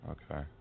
Okay